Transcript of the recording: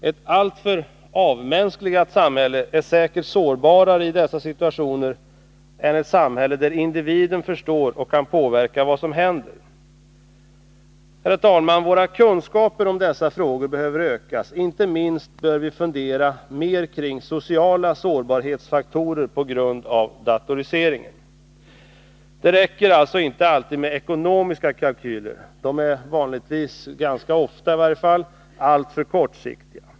Ett alltför ”avmänskligat” samhälle är säkert sårbarare i ovannämnda situationer än ett samhälle där individen förstår och kan påverka vad som händer. Herr talman! Våra kunskaper om dessa frågor behöver ökas — inte minst bör vi fundera mer om de sociala sårbarhetsfaktorerna på grund av datoriseringen. Det räcker inte alltid med ekonomiska kalkyler — de är vanligtvis eller åtminstone ganske ofta alltför kortsiktiga.